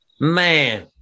Man